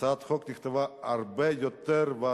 הצעת החוק נכתבה הרבה לפני ועדת-טרכטנברג,